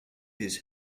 his